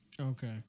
Okay